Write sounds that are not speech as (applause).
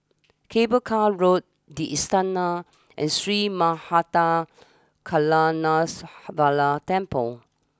Cable Car Road the Istana and Sri (unintelligible) Temple